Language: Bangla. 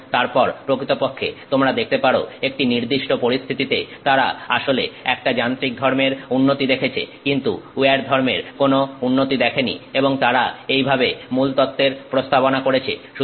এবং তারপর প্রকৃতপক্ষে তোমরা দেখতে পারো একটি নির্দিষ্ট পরিস্থিতিতে তারা আসলে একটা যান্ত্রিক ধর্মের উন্নতি দেখেছে কিন্তু উইয়ার ধর্মের কোন উন্নতি দেখেনি এবং তারা এইভাবে মূলতত্ত্বের প্রস্তাবনা করেছে